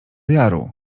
jaru